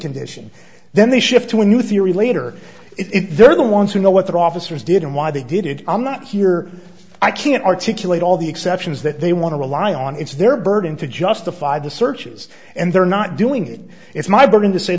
condition then they shift to a new theory later if they're the ones who know what the officers did and why they did it i'm not here i can't articulate all the exceptions that they want to rely on it's their burden to justify the searches and they're not doing it it's my burden to say